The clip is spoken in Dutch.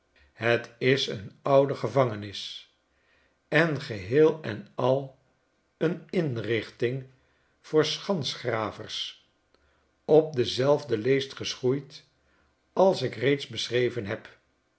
het is een oude gevangenis en geheel en al een inrichting voor schansgravers op dezelfde leest geschoeid als ik reeds beschreven heb